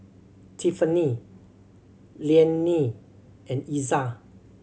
Tiffany Liane and Iza